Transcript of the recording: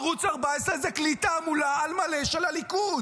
ערוץ 14 הוא כלי תעמולה על מלא של הליכוד.